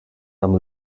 amb